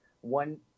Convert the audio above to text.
one